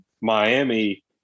Miami